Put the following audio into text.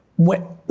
what,